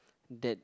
that